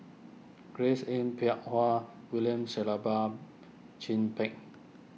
Grace Yin Peck Ha William Shellabear Chin Peng